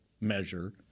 measure